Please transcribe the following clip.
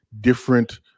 Different